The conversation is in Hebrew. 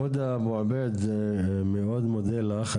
הודא אבו עבייד, אני מאוד מודה לך.